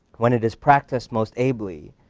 when it is practiced most ably,